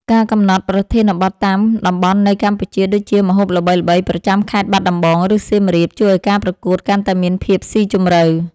ការកំណត់ប្រធានបទតាម តំបន់នៃកម្ពុជា ដូចជាម្ហូបល្បីៗប្រចាំខេត្តបាត់ដំបង ឬសៀមរាប ជួយឱ្យការប្រកួតកាន់តែមានភាពស៊ីជម្រៅ។